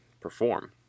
perform